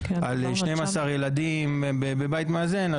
על 12 ילדים בבית מאזן,